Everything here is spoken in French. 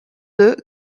deux